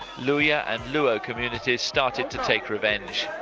luya and luo communities started to take revenge.